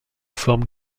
forme